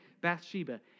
Bathsheba